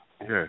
yes